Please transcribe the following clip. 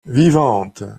vivante